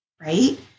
right